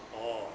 orh